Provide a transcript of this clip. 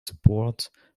support